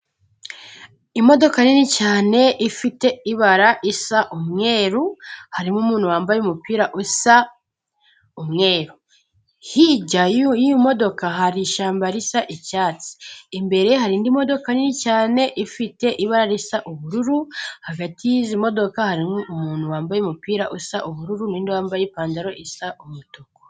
Imodoka nini cyane ifite ibara isa umweru, harimo umuntu wambaye umupira usa umweru. Hirya y'iyo modoka hari ishyamba risa icyatsi. Imbere hari indi modoka nini cyane ifite ibara risa ubururu, hagati y'izi modoka harimo umuntu wambaye umupira usa ubururu, n'undi wambaye ipantaro isa umutuku.